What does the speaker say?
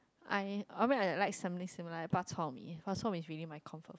I I mean like something similar like bak-chor-mee bak-chor-mee is really my comfort